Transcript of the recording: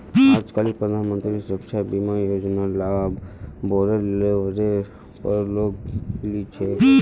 आजकालित प्रधानमंत्री सुरक्षा बीमा योजनार लाभ बोरो लेवलेर पर लोग ली छेक